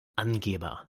angeber